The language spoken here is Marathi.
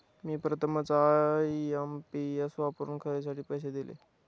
मी प्रथमच आय.एम.पी.एस वापरून खरेदीसाठी पैसे दिले